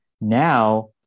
Now